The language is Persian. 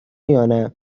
یانه